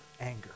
anger